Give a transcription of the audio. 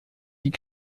die